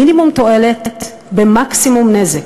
מינימום תועלת במקסימום נזק.